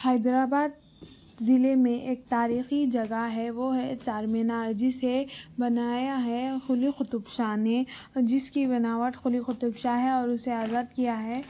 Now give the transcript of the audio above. حیدرآباد ضلعے میں ایک تاریخی جگہ ہے وہ ہے چارمینار جسے بنایا ہے قلی قطب شاہ نے جس کی بناوٹ قلی قطب شاہ ہے اور اسے آزاد کیا ہے